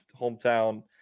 hometown